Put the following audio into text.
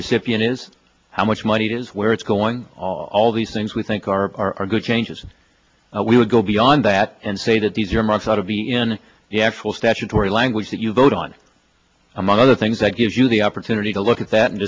recipient is how much money is where it's going all these things we think are good changes we would go beyond that and say that these earmarks out of the in the actual statutory language that you vote on among other things that gives you the opportunity to look at that and